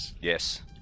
Yes